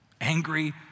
angry